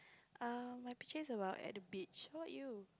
err my picture is about at the beach how about you